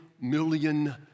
million